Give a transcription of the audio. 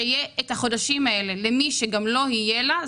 שיהיו החודשים האלה למי שגם לא תהיה לה.